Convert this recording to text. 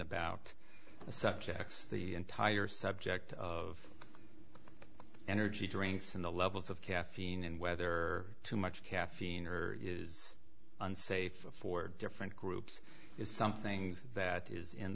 the subjects the entire subject of energy drinks in the levels of caffeine and whether too much caffeine or is unsafe for different groups is something that is in